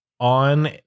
on